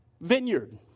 vineyard